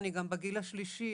אני בגיל השלישי,